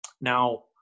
Now